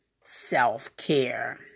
self-care